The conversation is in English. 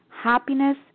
happiness